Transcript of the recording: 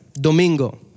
Domingo